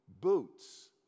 boots